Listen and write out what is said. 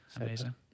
Amazing